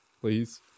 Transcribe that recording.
Please